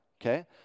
Okay